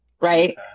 right